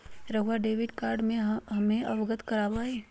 रहुआ debit card से हमें अवगत करवाआई?